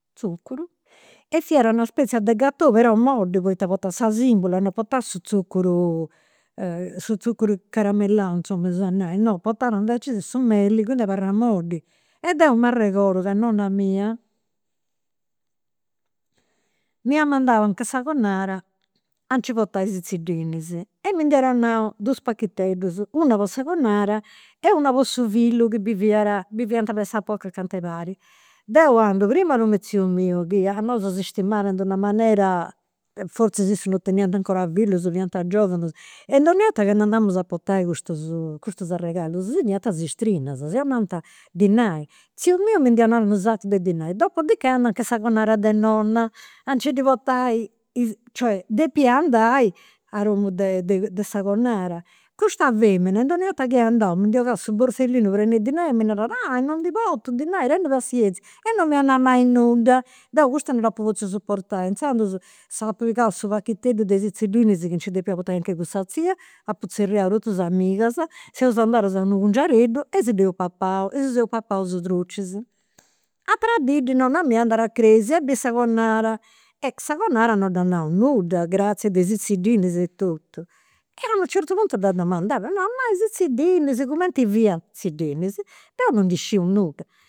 Tzuccuru. E fiat una spezie de gatò, però moddi, poita portat sa simbula non portat su tzuccuru, su tzuccuru caramellau, insoma, eus a nai. Portat invecis su meli, quindi abarrat moddi. E deu m'arregodu ca nonna mia m'iat mandau a che sa connada, a nci portai i' tzidinnis e mi nd'ia donau dus pachiteddus, una po sa connada e una po su fillu chi biviat, biviant pressapocu acant'e paris. Deu andu prima a domu de tziu miu, chi a nosu si stimat in d'una manera, fortzis issu non teniant 'ncora fillus, fiant e donnia 'orta candu andamus a portai custus custus arregallus, si diant is strinas. Si 'onant dinai, tziu miu mi ndi 'onat u' sacu 'e dinai. Dopodiche andu a che sa connada de nonna, a nci ddi portai, cioè, depia andai a domu de sa de sa connada. Custa femina donni' 'orta chi andamus, ndi 'ogat su borsellinu pren'e dinai e mi narat, non ndi portu dinai, tenni passienzia, e non mi 'onat mai nudda. Deu custu non dd'apu potziu suportai e inzandus s'apu pigau su pachiteddu de is tzidinnis chi nci depia portai a che cussa tzia, apu zerriau totus is amigas, seus andadas in d'unu e si dd'eus papau. E si seus papaus is drucis. Atera dì nonna mia, andat a cresia, biri sa connada, e sa connada non dd'at nau nudda, gratzias de is e totu. E unu certu puntu dd'at domandau, ma is tzidinnis cumenti fiant? Tzidinnis? Deu non ndi sciu nudda